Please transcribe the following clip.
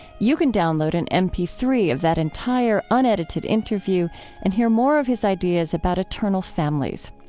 you can download an m p three of that entire unedited interview and hear more of his ideas about eternal families.